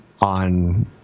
on